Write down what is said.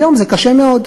היום זה קשה מאוד.